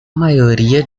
maioria